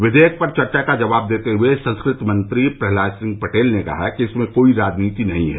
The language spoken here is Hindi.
विधेयक पर चर्चा का जवाब देते हुए संस्कृति मंत्री प्रह्लाद सिंह पटेल ने कहा कि इसमें कोई राजनीति नहीं है